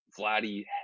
Vladdy